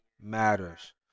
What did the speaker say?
matters